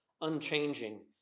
unchanging